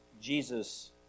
Jesus